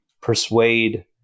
persuade